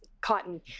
cotton